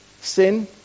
sin